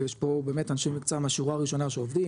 ויש פה באמת אנשי מקצוע מהשורה הראשונה שעובדים,